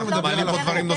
אנחנו מעלים פה דברים נוספים.